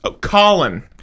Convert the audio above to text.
Colin